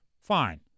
fine